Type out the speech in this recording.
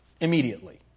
Immediately